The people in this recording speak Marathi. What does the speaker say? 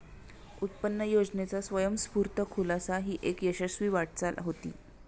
उत्पन्न योजनेचा स्वयंस्फूर्त खुलासा ही एक यशस्वी वाटचाल होती